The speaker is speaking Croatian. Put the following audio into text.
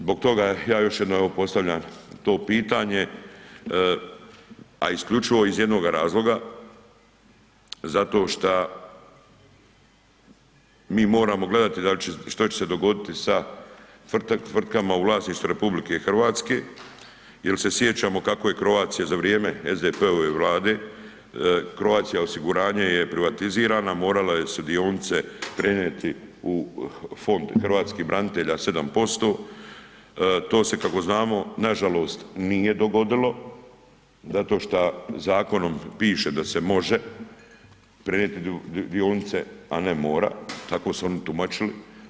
Zbog toga ja još jednom evo postavljam to pitanje, a isključivo iz jednoga razloga, zato što mi moramo gledati što će se dogoditi sa tvrtkama u vlasništvu RH jer se sjećamo kako je Croatia za vrijeme SDP-ove Vlade, Croatia osiguranje je privatizirana, morala je su dionice prenijeti u Fond hrvatskih branitelja 7%, to se kako znamo nažalost nije dogodilo zato što zakonom piše da se može a ne mora, tako su oni tumačili.